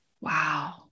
Wow